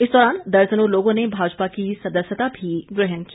इस दौरान दर्जनों लोगों ने भाजपा की सदस्यता भी ग्रहण की